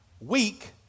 weak